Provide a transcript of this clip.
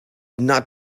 not